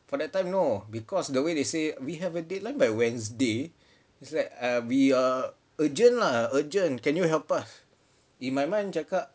for that time no because the way they say we have a deadline by wednesday is like err we are urgent lah urgent can you help us in my mind cakap